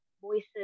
voices